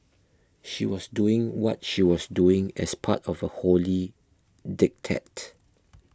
she was doing what she was doing as part of a holy diktat